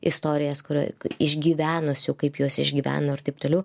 istorijas kurioj išgyvenusių kaip juos išgyveno ir taip toliau